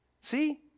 See